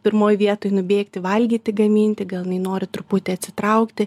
pirmoj vietoj nubėgti valgyti gaminti gal jinai nori truputį atsitraukti